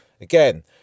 again